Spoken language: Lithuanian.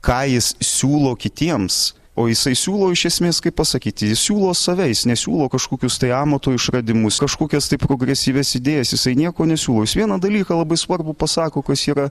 ką jis siūlo kitiems o jisai siūlo iš esmės kaip pasakyti jis siūlo save jis nesiūlo kažkokius tai amato išradimus kažkokias tai progresyvias idėjas jisai nieko nesiūlo jis vieną dalyką labai svarbų pasako kas yra